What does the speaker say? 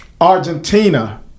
Argentina